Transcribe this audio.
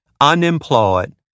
unemployed